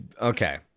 okay